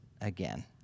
again